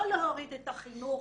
לא להוריד את החינוך.